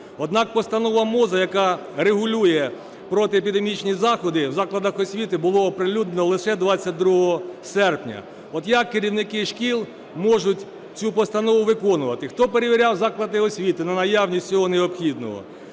Однак постанова МОЗУ, яка регулює протиепідемічні заходи, в закладах освіти була оприлюднена лише 22 серпня. От як керівники шкіл можуть цю постанову виконувати? Хто перевіряв заклади освіти на наявність всього необхідного?